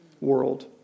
world